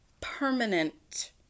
permanent